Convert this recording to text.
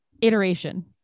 iteration